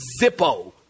zippo